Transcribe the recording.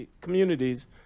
communities